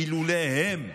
אילולא הם,